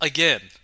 Again